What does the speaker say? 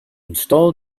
install